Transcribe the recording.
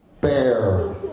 bear